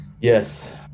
Yes